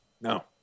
No